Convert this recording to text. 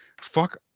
Fuck